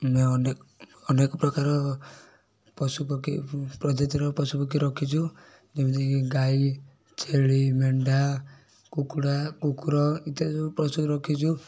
ଅନେକ ଅନେକ ପ୍ରକାର ପଶୁ ପକ୍ଷୀ ର ପଶୁ ପକ୍ଷୀ ରଖିଛୁ ଯେମିତିକି ଗାଈ ଛେଳି ମେଣ୍ଡା କୁକୁଡ଼ା କୁକୁର ଇତ୍ୟାଦି ସବୁ ପଶୁ ରଖିଛୁ